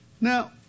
Now